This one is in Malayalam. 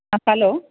ആ ഹലോ